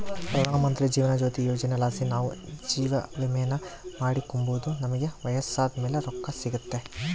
ಪ್ರಧಾನಮಂತ್ರಿ ಜೀವನ ಜ್ಯೋತಿ ಯೋಜನೆಲಾಸಿ ನಾವು ಜೀವವಿಮೇನ ಮಾಡಿಕೆಂಬೋದು ನಮಿಗೆ ವಯಸ್ಸಾದ್ ಮೇಲೆ ರೊಕ್ಕ ಸಿಗ್ತತೆ